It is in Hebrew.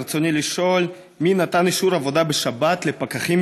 ברצוני לשאול: מי נתן אישור עבודה בשבת לפקחים